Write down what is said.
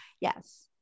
Yes